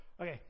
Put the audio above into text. Okay